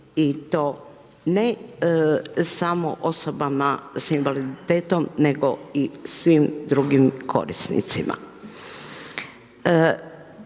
i to ne samo osobama sa invaliditetom nego i svim drugim korisnicima.